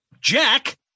Jack